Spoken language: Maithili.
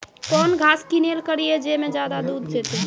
कौन घास किनैल करिए ज मे ज्यादा दूध सेते?